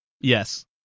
yes